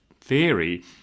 theory